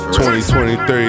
2023